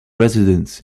resident